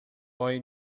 why